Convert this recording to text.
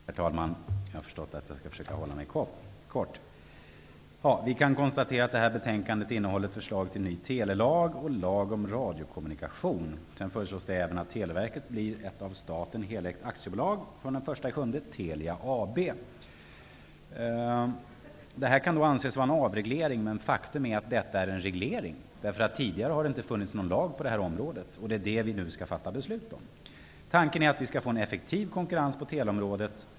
Herr talman! Jag har förstått att jag skall försöka att hålla mig kort. Det här betänkandet innehåller förslag till ny telelag och lag om radiokommunikation. Sedan föreslås det även att Televerket skall bli ett av staten helägt aktiebolag från den 1 juli, Telia AB. Detta kan då anses vara en avreglering, men faktum är att det är fråga om en reglering. Tidigare har det inte funnits någon lag på detta område. Det är en sådan som vi nu skall fatta beslut om. Tanken är att det skall bli en effektiv konkurrens på teleområdet.